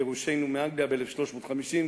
גירושנו מאנגליה ב-1350,